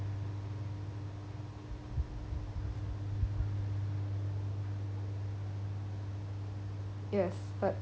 yes but